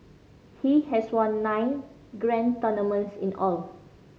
he has won nine grand tournaments in all